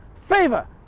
favor